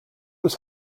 was